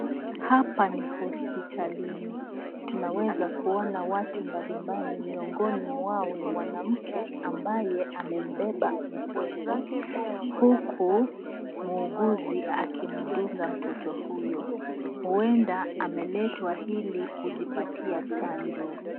Hapa ni hosiptalini, tunaweza kuona watu mbalimbali miongoni mwao ni mwanamke ambaye amembeba mtoto, huku muuguzi akimdunga mtoto huyo, huenda ameletwa ili kujipatia chanjo.